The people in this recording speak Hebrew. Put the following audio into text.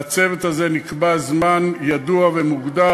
לצוות הזה נקבע זמן ידוע ומוגדר,